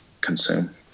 consume